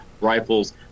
rifles